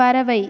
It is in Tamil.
பறவை